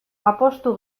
apustu